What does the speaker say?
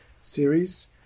series